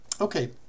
Okay